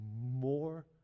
more